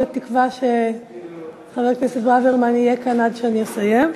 בתקווה שחבר הכנסת ברוורמן יהיה כאן עד שאני אסיים.